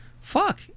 fuck